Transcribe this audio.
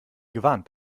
gewarnt